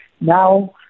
Now